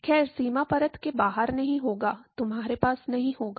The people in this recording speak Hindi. खैर सीमा परत के बाहर नहीं होगा तुम्हारे पास नहीं होगा